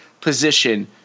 position